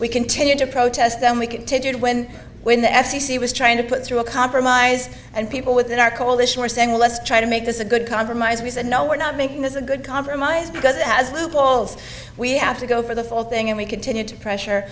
we continued to protest and we continued when when the f c c was trying to put through a compromise and people within our coalition were saying let's try to make this a good compromise we said no we're not making this a good compromise because it has loopholes we have to go for the full thing and we continue to pressure